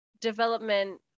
development